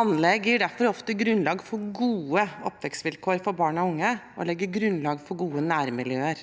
Anlegg gir derfor ofte grunnlag for gode oppvekstvilkår for barn og unge og legger grunnlag for gode nærmiljøer.